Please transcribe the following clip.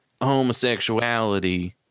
homosexuality